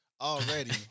already